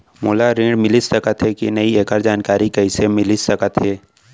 मोला ऋण मिलिस सकत हे कि नई एखर जानकारी कइसे मिलिस सकत हे?